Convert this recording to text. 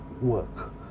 work